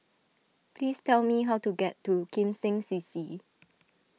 please tell me how to get to Kim Seng C C